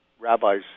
rabbis